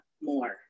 more